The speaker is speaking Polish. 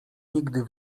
nigdy